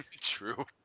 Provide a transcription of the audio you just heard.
True